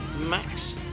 max